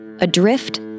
Adrift